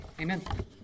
Amen